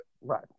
Right